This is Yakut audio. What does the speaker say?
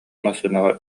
массыынаҕа